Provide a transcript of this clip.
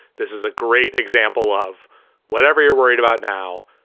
this is a great example of whatever you're worried about. now,